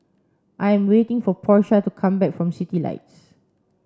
I am waiting for Portia to come back from Citylights